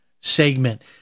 segment